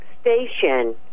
Station